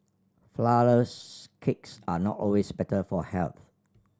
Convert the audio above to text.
flourless cakes are not always better for health